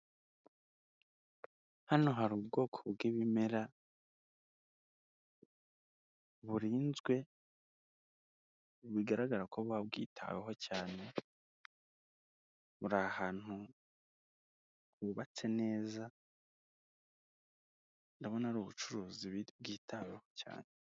Hano hari ubwoko bw'ibimera burinzwe bigaragara ko buba bwitaweho cyane, buri ahantu hubatse neza, ndabona ari ubucuruzi bwitaweho cyane.